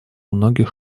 многих